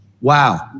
Wow